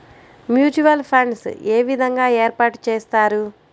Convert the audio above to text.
Mutual funds ఏ విధంగా ఏర్పాటు చేస్తారు?